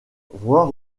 voir